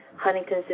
Huntington's